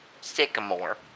Sycamore